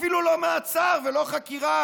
אפילו לא מעצר ולא חקירה,